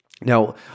Now